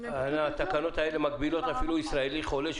התקנות האלה מגבילות אפילו ישראלי חולה,